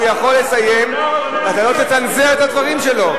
הוא יכול לסיים, ואתה לא תצנזר את הדברים שלו.